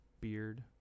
beard